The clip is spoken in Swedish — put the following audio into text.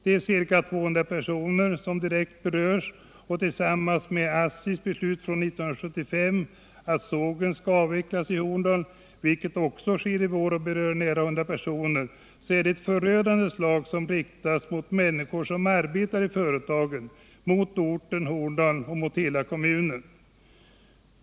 Det är ca 200 personer som direkt berörs, och tillsammans med ASSI:s beslut 1975 att sågen i Horndal skall avvecklas — vilket också sker i vår och berör nära 100 personer — är det ett förödande slag som riktas mot människorna som arbetar i företagen, mot orten Horndal och mot hela kommunen.